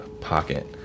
pocket